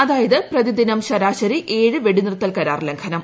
അതായത് പ്രതിദിനം ശരാശരി ഏഴ് വെടിനിർത്തൽ കരാർ ലംഘനം